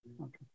Okay